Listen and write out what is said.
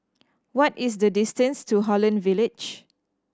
what is the distance to Holland Village